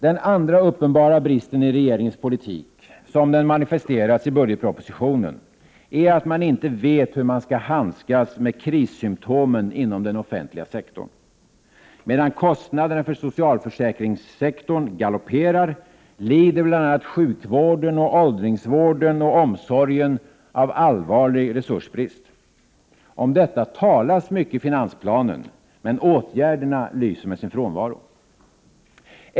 Den andra uppenbara bristen i regeringens politik som den manifesteras i budgetpropositionen är att man inte vet hur man skall handskas med krissymtomen inom den offentliga sektorn. Medan kostnaderna för socialförsäkringssektorn galopperar lider bl.a. sjukvården, åldringsvården och omsorgen av allvarlig resursbrist. Om detta talas mycket i finansplanen, men åtgärderna lyser med sin frånvaro.